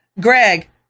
Greg